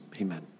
amen